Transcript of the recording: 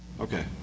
Okay